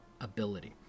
ability